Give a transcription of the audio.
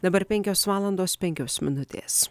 dabar penkios valandos penkios minutės